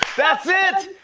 that's it!